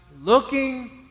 looking